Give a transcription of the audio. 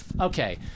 okay